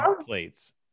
plates